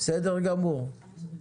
בסדר גמור.